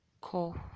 call